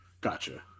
Gotcha